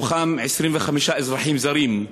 מתוכם 25 אזרחים זרים,